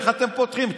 איך אתם פותחים,